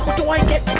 do i get